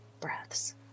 breaths